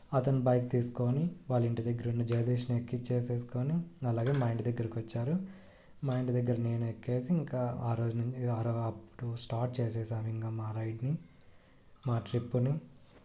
అతను బైక్ తీసుకోని వాళ్ళ ఇంటి దగ్గరున్న జగదీశ్ని ఎక్కించేసుకోకొని అలాగే మా ఇంటి దగ్గరకు వచ్చారు మా ఇంటి దగ్గర నేను ఎక్కేసి ఇంకా ఆ రోజు అప్పుడు స్టార్ట్ చేసేసాం ఇంక మా రైడ్ని మా ట్రిప్పుని